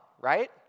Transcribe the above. right